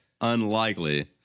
unlikely